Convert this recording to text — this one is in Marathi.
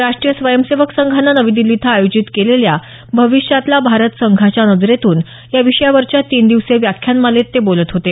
राष्ट्रीय स्वयंसेवक संघानं नवी दिल्ली इथं आयोजित केलेल्या भविष्यातला भारत संघाच्या नजरेतून या विषयावरच्या तीन दिवसीय व्याख्यानमालेत ते बोलत होते